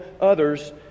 others